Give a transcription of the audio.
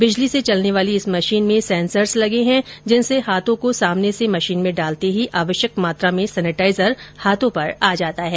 विजली से चलने वाली इस मशीन में सेंसर्स लगे हैं जिनसे हायों को सामने से मशीन में डालते ही आवश्यक मात्रा में सेनेटाजर हाथों पर आ जाता है